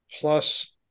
Plus